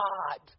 God